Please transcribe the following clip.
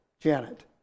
Janet